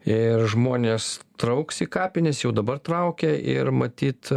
ir žmonės trauks į kapines jau dabar traukia ir matyt